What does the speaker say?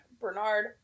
Bernard